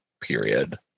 period